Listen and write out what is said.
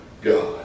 God